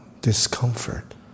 discomfort